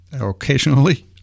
occasionally